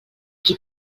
qui